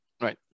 right